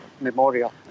Memorial